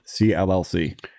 CLLC